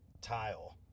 tile